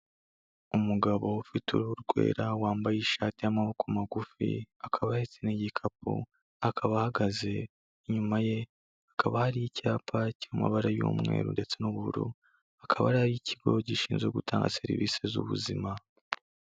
Umugabo ufite uruhu rwera, wambaye ishati y'amaboko magufi, akaba ahetse n'igikapu, akaba ahagaze, inyuma ye hakaba hari icyapa cy'amabara y'umweru ndetse n'ubururu, akaba ari ay'ikigo gishinzwe gutanga serivisi z'ubuzima.